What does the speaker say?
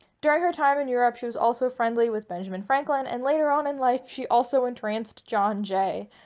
during her time in europe she was also friendly with benjamin franklin and later on in life she also entranced john jay,